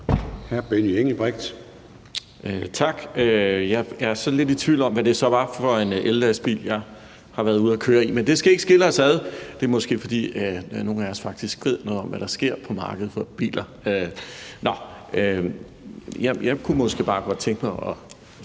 Benny Engelbrecht (S): Tak, jeg er så lidt i tvivl om, hvad det så er for en ellastbil, jeg har været ude at køre i, men det skal ikke skille os ad – det er måske, fordi nogle af os faktisk ved noget om, hvad der sker på markedet for biler. Nå, jeg kunne måske bare godt tænke mig at